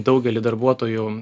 daugelį darbuotojų